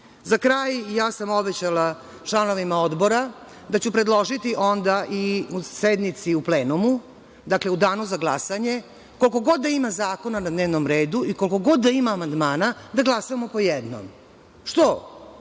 kraj, ja sam obećala članovima Odbora da ću predložiti onda i u sednici u plenumu, dakle, u Danu za glasanje, koliko god da ima zakona na dnevnom redu i koliko god da ima amandmana, da glasamo po jednom. Zašto